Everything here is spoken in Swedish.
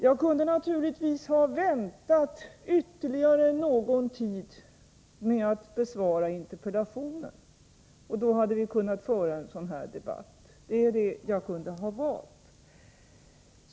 Jag kunde naturligtvis ha väntat ytterligare någon tid med att besvara interpellationen, och då hade vi kunnat föra en sådan här debatt — det är det alternativ jag kunde ha valt.